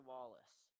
Wallace